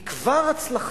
היא כבר הצלחה.